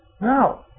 No